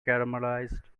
caramelized